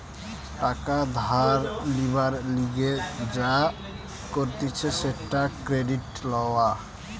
টাকা ধার লিবার লিগে যা করতিছে সেটা ক্রেডিট লওয়া